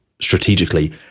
strategically